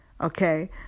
Okay